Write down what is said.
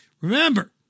Remember